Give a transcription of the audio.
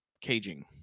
caging